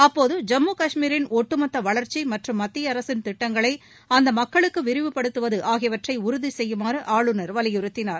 அப்போது ஜம்மு காஷ்மீரின் ஒட்டுமொத்த வளா்ச்சி மற்றும் மத்திய அரசின் திட்டங்களை அம்மக்களுக்கு விரிவுபடுத்துவது ஆகியவற்றை உறுதி செய்யுமாறு ஆளுநர் வலியுறுத்தினார்